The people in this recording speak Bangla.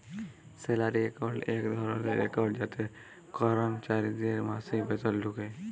স্যালারি একাউন্ট এক ধরলের একাউন্ট যাতে করমচারিদের মাসিক বেতল ঢুকে